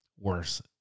worse